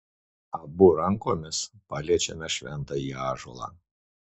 abu rankomis paliečiame šventąjį ąžuolą